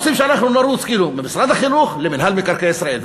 רוצים שאנחנו נרוץ ממשרד החינוך למינהל מקרקעי ישראל.